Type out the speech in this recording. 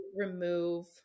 remove